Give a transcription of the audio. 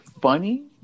funny